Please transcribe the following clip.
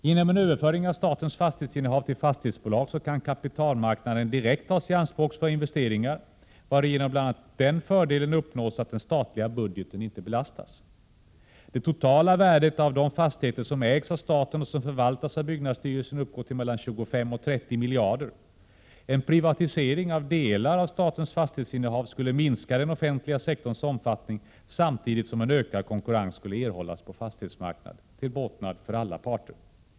Genom en överföring av statens fastighetsinnehav till fastighetsbolag kan kapitalmarknaden direkt tas i anspråk för investeringar, varigenom bl.a. den fördelen uppnås att den statliga budgeten inte belastas. Det totala värdet av de fastigheter som ägs av staten och som förvaltas av byggnadsstyrelsen uppgår till mellan 25 och 30 miljarder kronor. En privatisering av delar av statens fastighetsinnehav skulle minska den offentliga sektorns omfattning samtidigt som en ökad konkurrens skulle erhållas på fastighetsmarknaden, till båtnad för alla parter.